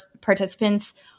participants